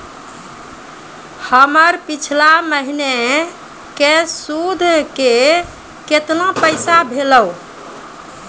हमर पिछला महीने के सुध के केतना पैसा भेलौ?